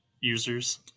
users